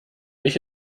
nicht